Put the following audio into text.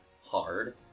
hard